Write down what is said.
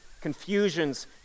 confusions